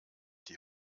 die